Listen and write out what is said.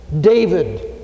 David